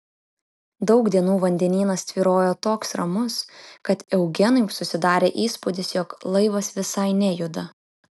daug dienų vandenynas tvyrojo toks ramus kad eugenui susidarė įspūdis jog laivas visai nejuda